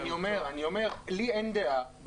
אני אומר שלי אין דעה,